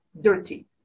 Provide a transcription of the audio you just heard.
dirty